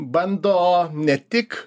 bando ne tik